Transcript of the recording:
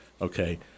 Okay